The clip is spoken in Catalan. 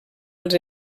els